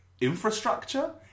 infrastructure